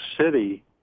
city